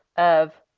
of